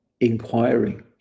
Inquiring